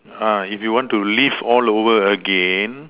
ah if you want to relive all over again